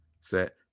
set